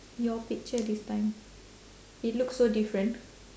your picture this time it looks so different